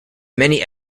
many